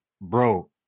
bro